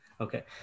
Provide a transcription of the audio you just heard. Okay